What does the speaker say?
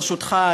ברשותך,